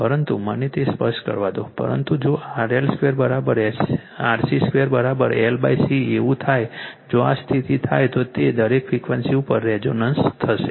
પરંતુ મને તે સ્પષ્ટ કરવા દો પરંતુ જો RL2 RC2 LC એવું થાય જો આ સ્થિતિ થાય તો તે દરેક ફ્રીક્વન્સીઝ ઉપર રેઝોનન્સ થશે